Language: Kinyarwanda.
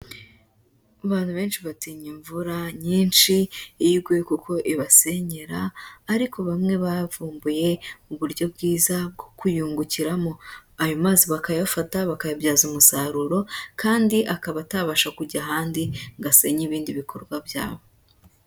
Abantu benshi batinya imvura nyinshi iyo iguye kuko ibasenyera, ariko bamwe bavumbuye uburyo bwiza bwo kuyungukiramo, ayo maso bakayafata bakayabyaza umusaruro kandi akaba atabasha kujya ahandi ngo asenya ibindi bikorwa byabo.